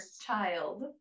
child